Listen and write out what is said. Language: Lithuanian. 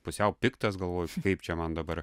pusiau piktas galvoju kaip čia man dabar